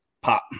pop